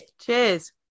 Cheers